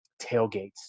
tailgates